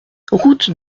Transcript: route